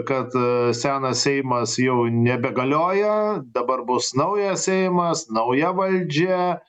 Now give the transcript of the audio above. kad senas seimas jau nebegalioja dabar bus naujas seimas nauja valdžia